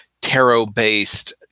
tarot-based